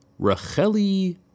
Racheli